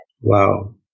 Wow